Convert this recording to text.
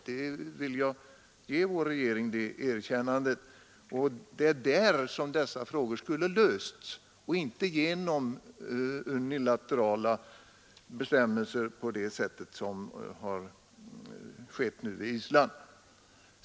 Jag vill ge vår regering det erkännandet. Dessa frågor skulle inte ha lösts genom unilaterala bestämmelser som nu skett på Island.